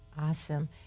Awesome